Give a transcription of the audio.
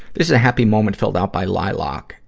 this is a happy moment filled out by lilock